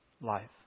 life